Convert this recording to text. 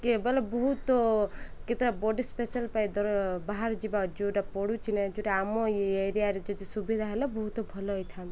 କି ବଲେ ବହୁତ କେତେଟା ବଡ଼ି ସ୍ପେଶାଲ ପାଇଁ ତୋର ବାହାର ଯିବା ଯେଉଁଟା ପଡ଼ୁଛି ନା ଯେଉଁଟା ଆମ ଏରିଆରେ ଯଦି ସୁବିଧା ହେଲା ବହୁତ ଭଲ ହେଇଥାନ୍ତା